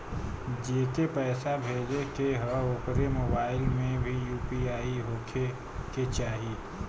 जेके पैसा भेजे के ह ओकरे मोबाइल मे भी यू.पी.आई होखे के चाही?